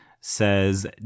says